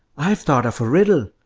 i've thought of a riddle!